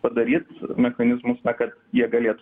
padaryt mechanizmus na kad jie galėtų